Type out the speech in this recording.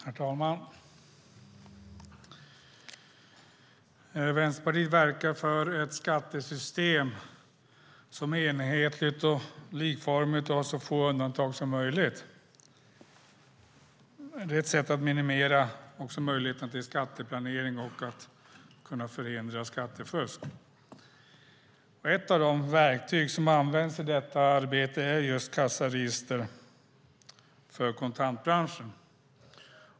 Herr talman! Vänsterpartiet verkar för ett skattesystem som är enhetligt, likformigt och har så få undantag som möjligt. Det är ett sätt att minimera möjligheten till skatteplanering och förhindra skattefusk. Ett av de verktyg som används i detta arbete är just kassaregister för kontantbranschen.